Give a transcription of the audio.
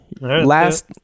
Last